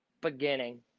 beginning